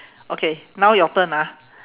okay now your turn ah